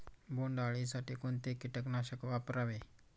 बोंडअळी साठी कोणते किटकनाशक वापरावे?